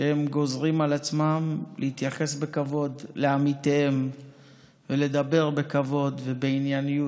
שהם גוזרים על עצמם להתייחס בכבוד לעמיתיהם ולדבר בכבוד ובענייניות.